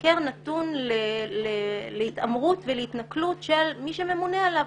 המבקר נתון להתעמרות ולהתנכלות של מי שממונה עליו